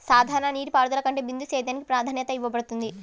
సాధారణ నీటిపారుదల కంటే బిందు సేద్యానికి ప్రాధాన్యత ఇవ్వబడుతుంది